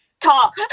talk